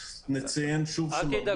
אל תדאג,